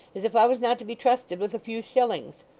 as if i was not to be trusted with a few shillings?